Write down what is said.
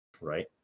Right